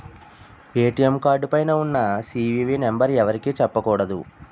ATM card పైన ఉన్న CVV number ఎవరికీ చెప్పకూడదు